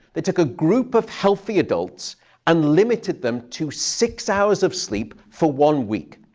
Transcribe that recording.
they took a group of healthy adults and limited them to six hours of sleep for one week.